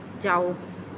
ਜਾਓ